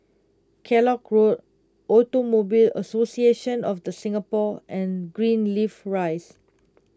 Kellock Road Automobile Association of the Singapore and Greenleaf Rise